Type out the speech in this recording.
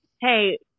Hey